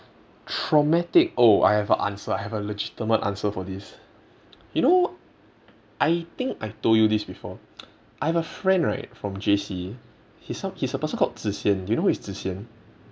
traumatic oh I have a answer I have a legitimate answer for this you know I think I told you this before I have a friend right from J_C he's some he's a person called zi xian do you know who is zi xian